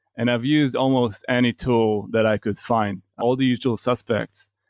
and i've used almost any tool that i could find, all the usual suspects.